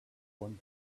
one